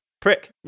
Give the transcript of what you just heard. prick